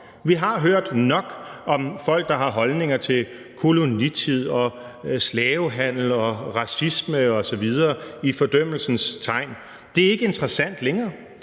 Vi har hørt nok om folk, der har holdninger til kolonitid, slavehandel, racisme osv. i fordømmelsens tegn. Det er ikke interessant længere.